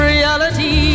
Reality